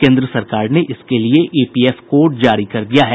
केन्द्र सरकार ने इसके लिए ईपीएफ कोड जारी कर दिया है